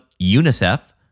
UNICEF